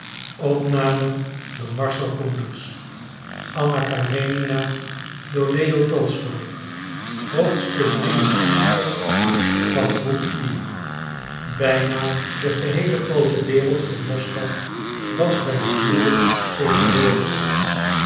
bijna de geheele groote wereld van moskou was by het huwelijk tegenwoordig